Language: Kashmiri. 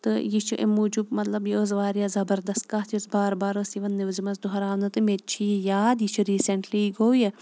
تہٕ یہِ چھِ اَمہِ موٗجوٗب مطلب یہِ ٲس واریاہ زَبردَست کَتھ یُس بار بار ٲس یِوان نِوزِ منٛز دۄہراونہٕ تہٕ مےٚ تہِ چھِ یہِ یاد یہِ چھِ ریٖسٮ۪نٛٹلی یی گوٚو یہِ